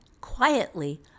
quietly